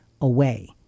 away